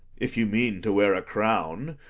if you mean to wear a crown,